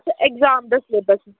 अच्छा एग्जाम दा स्लेबस